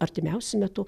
artimiausiu metu